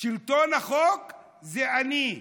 שלטון החוק זה אני,